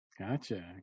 Gotcha